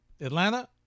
Atlanta